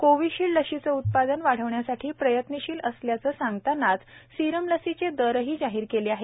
Covishield लसीचे उत्पादन वाढवण्यासाठी प्रयत्नशील असल्याचं सांगतानाच सीरमनं लसीचे दरही जाहीर केले आहेत